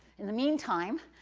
in the meantime,